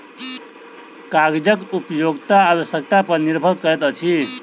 कागजक उपयोगिता आवश्यकता पर निर्भर करैत अछि